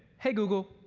hey, google.